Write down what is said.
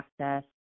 access